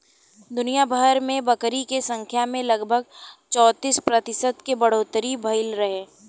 दुनियाभर में बकरी के संख्या में लगभग चौंतीस प्रतिशत के बढ़ोतरी भईल रहे